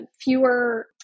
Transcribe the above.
fewer